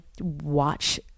watch